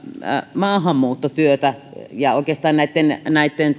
maahanmuuttotyötä ja oikeastaan näitten näitten